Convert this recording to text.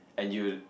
and you